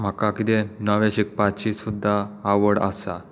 म्हाका कितें नवें शिकपाची सुद्दां आवड आसा